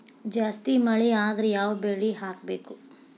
ಜಾಸ್ತಿ ಮಳಿ ಆದ್ರ ಯಾವ ಬೆಳಿ ಹಾಕಬೇಕು?